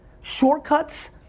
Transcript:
Shortcuts